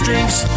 Drinks